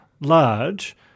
large